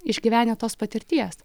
išgyvenę tos patirties